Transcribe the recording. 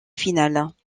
finales